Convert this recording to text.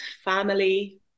family